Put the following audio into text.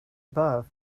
above